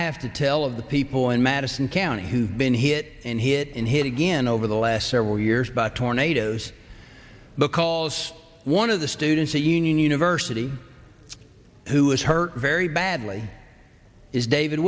have to tell of the people in madison county who have been hit and hit and hit again over the last several years by tornadoes because one of the students at union university who is hurt very badly is david